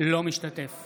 אינו משתתף